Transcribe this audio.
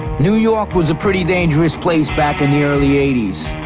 new york was a pretty dangerous place back in the early eighty s.